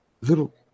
little